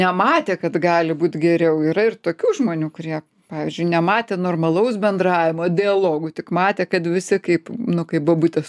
nematė kad gali būt geriau yra ir tokių žmonių kurie pavyzdžiui nematė normalaus bendravimo dialogų tik matė kad visi kaip nu kaip bobutės